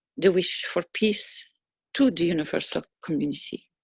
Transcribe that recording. the wish for peace to the universal community.